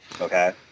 Okay